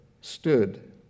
stood